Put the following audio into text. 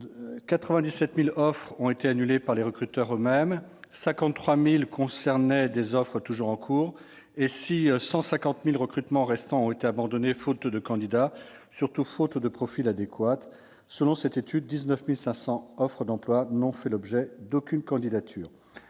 97 000 d'entre elles ont été annulées par les recruteurs eux-mêmes et 53 000 concernaient des offres toujours en cours. Et si 150 000 recrutements restants ont été abandonnés faute de candidat, surtout faute de profils adéquats, selon cette étude 19 500 offres d'emploi n'ont fait l'objet d'aucune candidature.